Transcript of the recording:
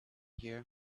here